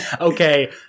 Okay